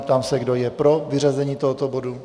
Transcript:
Ptám se, kdo je pro vyřazení tohoto bodu.